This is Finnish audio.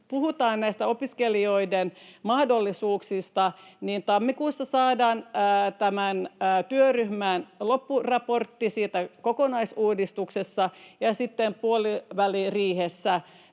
puhutaan opiskelijoiden mahdollisuuksista, niin tammikuussa saadaan työryhmän loppuraportti siitä kokonaisuudistuksesta, ja sitten puoliväliriihessä